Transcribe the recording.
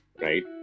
right